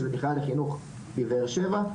שזה מכללה לחינוך בבאר שבע,